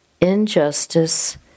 injustice